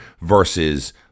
versus